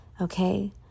Okay